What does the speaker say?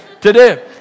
today